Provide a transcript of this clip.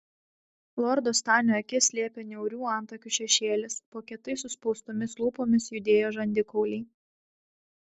lordo stanio akis slėpė niaurių antakių šešėlis po kietai suspaustomis lūpomis judėjo žandikauliai